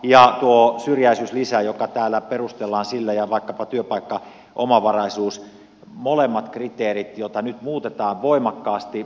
ja tuota syrjäisyyslisää jota täällä perustellaan ja vaikkapa työpaikkaomavaraisuutta molempia kriteereitä nyt muutetaan voimakkaasti